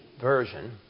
version